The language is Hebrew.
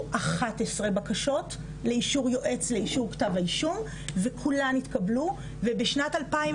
11 בקשות לאישור יועץ לאישור כתב האישום וכולן התקבלו ובשנת 2020